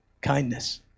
kindness